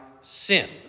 sin